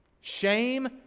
Shame